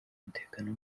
umutekano